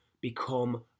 become